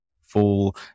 fall